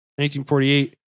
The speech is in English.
1948